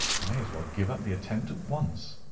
i may as well give up the attempt at once.